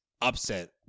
upset